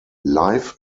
live